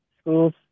schools